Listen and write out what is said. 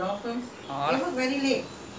only mohandas and naidu like that